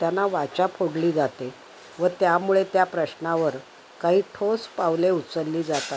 त्यांना वाचा फोडली जाते व त्यामुळे त्या प्रश्नावर काही ठोस पावले उचलली जातात